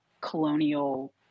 colonial